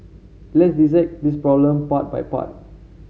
let's dissect this problem part by part